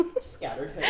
scattered